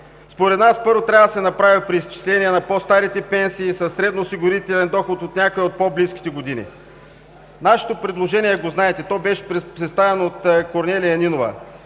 Според нас първо трябва да се направи преизчисление на по-старите пенсии със средноосигурителен доход някъде от по-близките години. Нашето предложение го знаете. То беше представено от Корнелия Нинова.